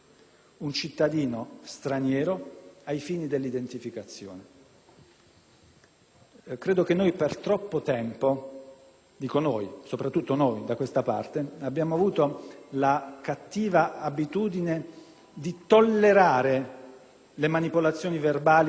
Credo che noi per troppo tempo - e intendo soprattutto la nostra parte politica - abbiamo avuto la cattiva abitudine di tollerare le manipolazioni verbali che nascondono concetti gravi. Questi 18 mesi sono di galera.